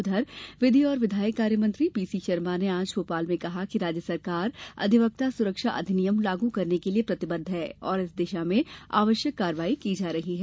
उधर विधि और विधायी कार्य मंत्री पी सी शर्मा ने आज भोपाल में कहा कि राज्य सरकार अधिवक्ता सुरक्षा अधिनियम लागू करने के लिए प्रतिबद्ध है और इस दिशा में आवश्यक कार्यवाही की जा रही है